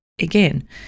again